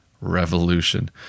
revolution